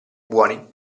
buoni